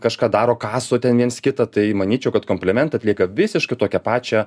kažką daro kaso ten viens kitą tai manyčiau kad komplimentai atlieka visiškai tokią pačią